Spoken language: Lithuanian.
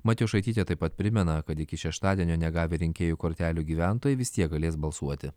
matjošaitytė taip pat primena kad iki šeštadienio negavę rinkėjų kortelių gyventojai vis tiek galės balsuoti